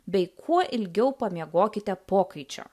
bei kuo ilgiau pamiegokite pokaičio